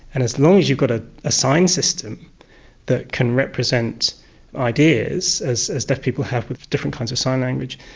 and as long as you've got a ah sign system that can represent ideas, as as deaf people have with different kinds of sign language,